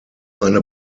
eine